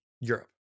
europe